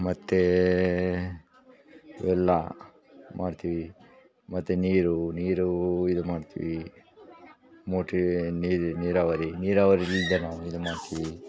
ಮತ್ತು ಇವೆಲ್ಲ ಮಾಡ್ತೀವಿ ಮತ್ತು ನೀರು ನೀರು ಇದು ಮಾಡ್ತೀವಿ ಮೋಟಿ ನೀರು ನೀರಾವರಿ ನೀರಾವರಿಯಿಂದ ನಾವು ಇದು ಮಾಡ್ತೀವಿ